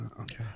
okay